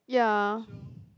ya